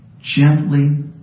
gently